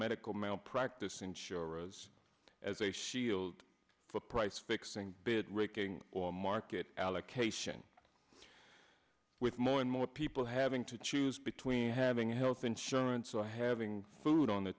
medical malpractise insurance as a shield for price fixing bad raking or market allocation with more and more people having to choose between having health insurance or having food on the